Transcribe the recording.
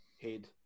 head